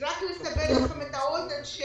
רק כדי לסבר לכם את האוזן,